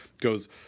goes